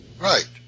Right